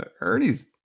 Ernie's